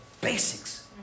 basics